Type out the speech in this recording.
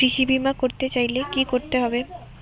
কৃষি বিমা করতে চাইলে কি করতে হবে?